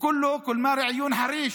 (אומר בערבית: וכולו, הכול בשביל חריש.)